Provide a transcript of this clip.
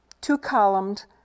two-columned